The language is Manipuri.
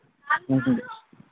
ꯎꯝ ꯎꯝ